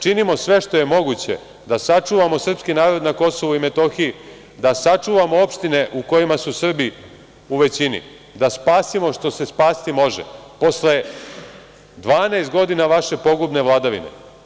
Činimo sve što je moguće da sačuvamo sprski narod na KiM, da sačuvamo opštine u kojima su Srbi u većini, da spasimo što se spasiti može, posle 12 godina vaše pogubne vladavine.